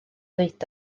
ddeud